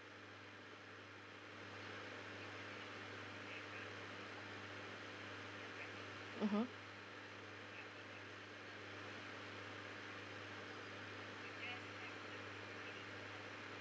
mmhmm